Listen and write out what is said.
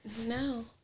no